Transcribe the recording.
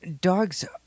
dogs